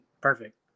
perfect